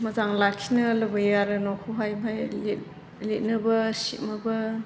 मोजां लाखिनो लुबैयो आरो न'खौहाय ओमफ्राय लिरनोबो सिबमोबो